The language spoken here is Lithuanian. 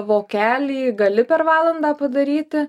vokelį gali per valandą padaryti